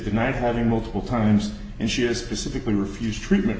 denied having multiple times and she has specifically refused treatment